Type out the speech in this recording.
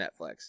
Netflix